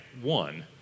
one